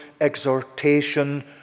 exhortation